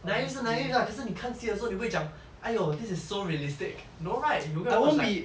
naive 是 naive lah 可是你看戏的时候你不会讲 !aiyo! this is so realistic no right you go and watch like